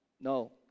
No